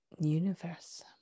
universe